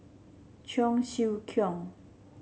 Cheong Siew Keong